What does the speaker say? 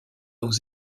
aux